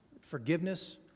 forgiveness